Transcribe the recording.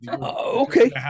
okay